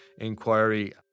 inquiry